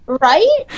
right